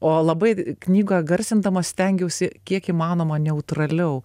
o labai knygą garsindama stengiausi kiek įmanoma neutraliau